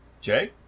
Jay